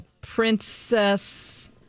Princess